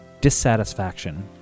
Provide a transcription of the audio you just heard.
dissatisfaction